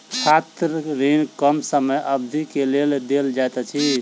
छात्र ऋण कम समय अवधि के लेल देल जाइत अछि